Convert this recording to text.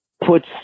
puts